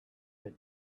had